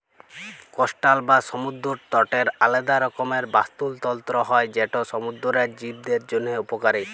coastal বা সমুদ্দর তটের আলেদা রকমের বাস্তুতলত্র হ্যয় যেট সমুদ্দুরের জীবদের জ্যনহে উপকারী